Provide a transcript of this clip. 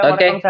Okay